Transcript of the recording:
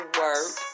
work